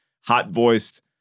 hot-voiced